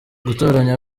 gutoranya